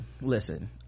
listen